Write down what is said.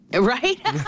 right